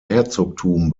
herzogtum